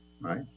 right